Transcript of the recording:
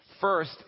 First